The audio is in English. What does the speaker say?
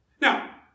Now